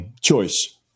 choice